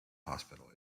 hospital